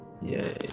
Yay